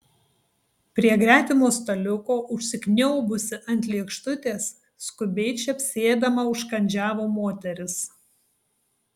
prie gretimo staliuko užsikniaubusi ant lėkštutės skubiai čepsėdama užkandžiavo moteris